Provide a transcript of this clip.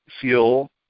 feel